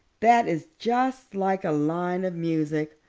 that is just like a line of music.